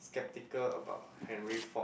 skeptical about Henry Ford